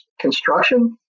construction